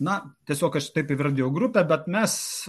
na tiesiog aš taip įvardijau grupę bet mes